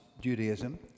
Judaism